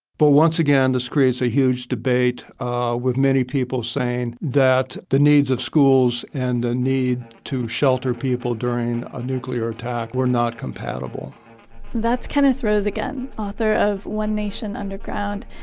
but once again, this creates a huge debate with many people saying that the needs of schools and the ah need to shelter people during a nuclear attack were not compatible that's kenneth rose again, author of one nation underground,